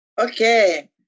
Okay